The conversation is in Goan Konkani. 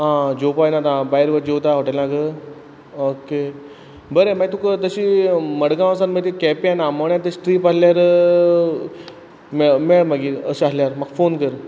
आं जेवपा येयना भायल्या भायर जेवता हॉटेलांक ओके बरें मागीर तुका तशी मडगांवसान मागीर ती केप्यां आनी आमोण्या तशी ट्रीप आसल्यार मेळ मेळ मागीर अशें आसल्यार म्हाका फोन कर